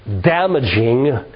damaging